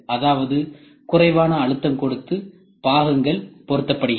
அதாவது குறைவான அழுத்தம் கொடுத்து பாகங்கள் பொருத்தப்படுகிறது